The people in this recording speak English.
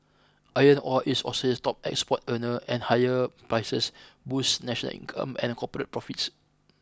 iron ore is Australia's top export earner and higher prices boosts national income and corporate profits